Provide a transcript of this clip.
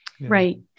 Right